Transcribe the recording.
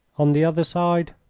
on the other side,